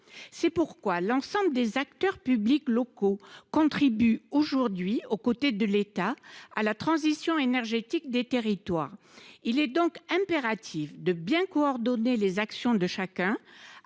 C’est pourquoi l’ensemble des acteurs publics locaux contribuent aujourd’hui, aux côtés de l’État, à la transition énergétique des territoires. Il est impératif de bien coordonner les actions de chacun,